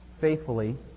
faithfully